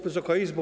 Wysoka Izbo!